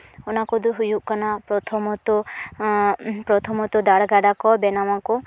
ᱚᱱᱟ ᱠᱚᱫᱚ ᱦᱩᱭᱩᱜ ᱠᱟᱱᱟ ᱯᱨᱚᱛᱷᱚᱢᱚᱛᱚ ᱯᱨᱚᱛᱷᱚᱢᱚᱛᱚ ᱫᱟᱨᱜᱟᱰᱟ ᱠᱚ ᱵᱮᱱᱟᱣᱟᱠᱚ